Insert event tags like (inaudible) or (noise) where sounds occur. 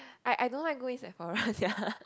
I I don't like go in Sephora sia (laughs)